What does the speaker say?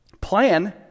plan